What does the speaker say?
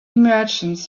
merchants